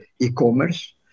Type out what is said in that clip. e-commerce